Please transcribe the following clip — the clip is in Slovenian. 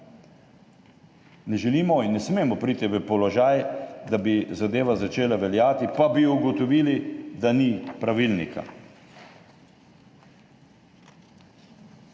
Ne želimo in ne smemo priti v položaj, da bi zadeva začela veljati, pa bi ugotovili, da ni pravilnika.